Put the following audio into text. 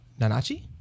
Nanachi